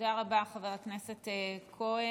תודה רבה, חבר הכנסת כהן,